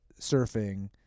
surfing